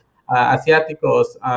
asiáticos